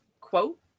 quote